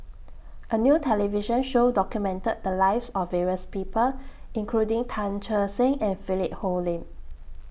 A New television Show documented The Lives of various People including Tan Che Sang and Philip Hoalim